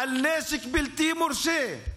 על נשק בלתי מורשה,